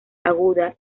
aguda